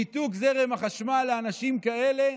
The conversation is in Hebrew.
ניתוק זרם החשמל לאנשים כאלה,